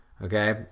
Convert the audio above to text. Okay